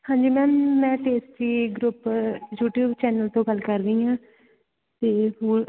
ਹਾਂਜੀ ਮੈਮ ਮੈਂ tasty group YouTube channel ਤੋਂ ਗੱਲ ਕਰ ਰਹੀ ਹਾਂ ਅਤੇ ਹੋਰ